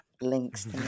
links